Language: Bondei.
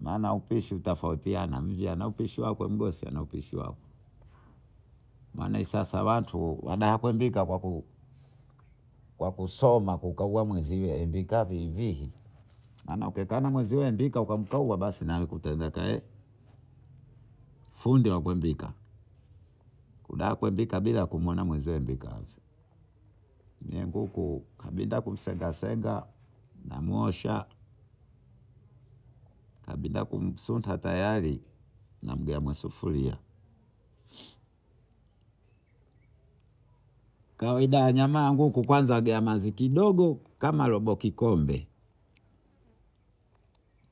Maana upishi hutofautiana mjaa naupishiwako na mjosi anaupishiwako maana hii sasa watu watakakuimbika kwakusoma kukaua mwenzie maana ukikao na mwenzie ukamkaua basi wene kutakae fundi wa kuimbika ukitaka kuimbika bila kumuona mwenzio imbika age lie nguku kabindika kumsengasenga na mosha kabindakumsuta teyari namgeamasufuria kawaida ya nyama ya nguku kwanza agea mazi kidogo kama robo kikombe